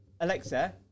Alexa